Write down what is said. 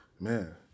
Man